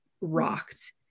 rocked